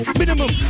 minimum